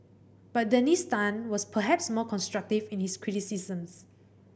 but Dennis Tan was perhaps more constructive in his criticisms